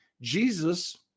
Jesus